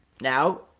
Now